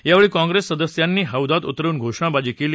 यावेळी काँप्रेस सदस्यांनी हौद्यात उतरून घोषणाबाजी केली